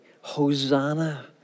Hosanna